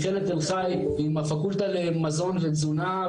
מכללת תל חי עם הפקולטה למזון ותזונה,